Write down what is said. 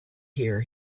here